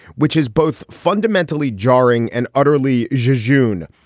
which is both fundamentally jarring and utterly jejune.